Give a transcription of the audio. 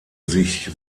sich